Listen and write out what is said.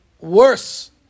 worse